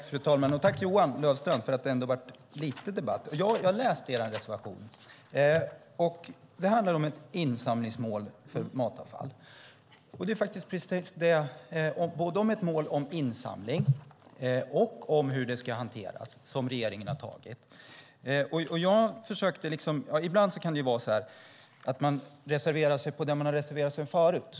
Fru talman! Jag tackar Johan Löfstrand för att det trots allt blir lite debatt. Jo, jag läste Socialdemokraternas reservation. Det handlar om ett insamlingsmål för matavfall, både insamling och hur det ska hanteras, vilket regeringen beslutat om. Ibland kan man reservera sig i frågor som man reserverat sig i tidigare.